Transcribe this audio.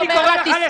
אני קורא אותך לסדר.